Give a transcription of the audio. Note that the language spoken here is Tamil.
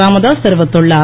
ராமதாஸ் தெரிவித்துள்ளார்